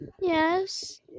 Yes